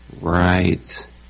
right